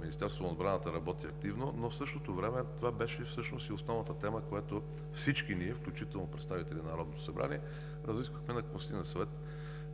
Министерството на отбраната работи активно, но в същото време това беше всъщност и основната тема, която всички ние, включително представители на Народното събрание, разисквахме на Консултативен съвет